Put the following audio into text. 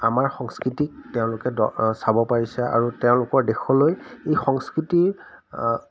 আমাৰ সংস্কৃতিক তেওঁলোকে দ চাব পাৰিছে আৰু তেওঁলোকৰ দেশলৈ এই সংস্কৃতিৰ